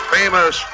famous